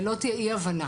שלא תהיה אי הבנה.